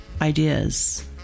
ideas